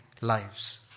lives